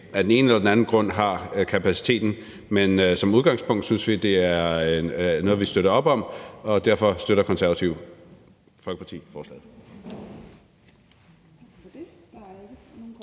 af den ene eller den anden grund ikke har kapaciteten. Men som udgangspunkt er det noget, vi støtter op om. Derfor støtter Det Konservative Folkeparti forslaget.